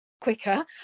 quicker